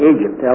Egypt